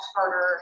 harder